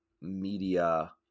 media